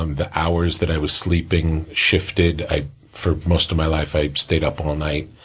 um the hours that i was sleeping shifted. i for most of my life, i stayed up all night,